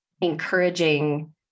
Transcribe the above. encouraging